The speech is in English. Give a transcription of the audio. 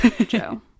Joe